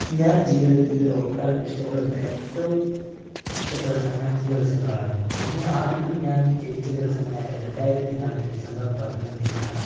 ഞാൻ ജീവിതത്തിൽ ഓർക്കാൻ ഇഷ്ടപ്പെടുന്ന ഏറ്റവും ഇഷ്ടപ്പെടുന്ന അഞ്ചു ദിവസങ്ങളാണ് ഒന്ന് ആദ്യത്തേത് ഞാൻ ജനിച്ച ദിവസമായ രണ്ടായിരത്തി നാല് ഡിസംബർ പതിമൂന്നു എന്നതാണ്